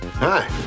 Hi